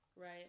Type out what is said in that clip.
Right